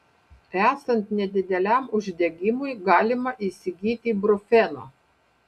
esant nedideliam uždegimui galima įsigyti brufeno